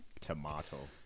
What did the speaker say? Tomato